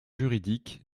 juridique